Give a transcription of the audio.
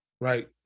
Right